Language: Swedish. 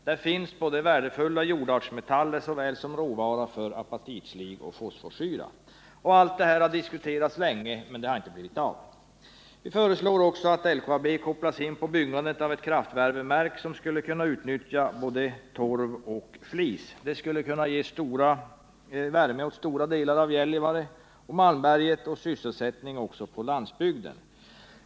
Där finns såväl värdefulla jordartsmetaller som råvara för apatitslig och fosforsyra. Allt detta har diskuterats länge, men det har inte blivit av. Vi föreslår också att LKAB kopplas in på byggandet av ett kraftvärmeverk som skall kunna utnyttja både torv och flis. Det skulle kunna ge värme åt stora delar av Gällivare och Malmberget och sysselsättning även på landsbygden.